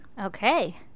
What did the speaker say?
Okay